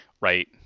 Right